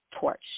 torch